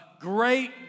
great